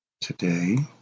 Today